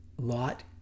Lot